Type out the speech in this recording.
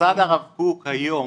מוסד הרב קוק היום,